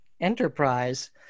enterprise